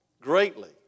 greatly